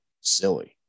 silly